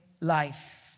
life